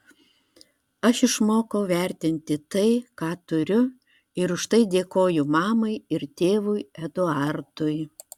aš išmokau vertinti tai ką turiu ir už tai dėkoju mamai ir tėvui eduardui